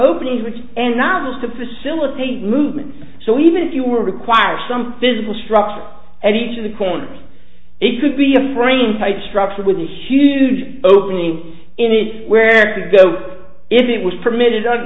openings which end novels to facilitate movement so even if you require some physical structure and each of the corners it could be a frame type structure with a huge opening in it where to go if it was permitted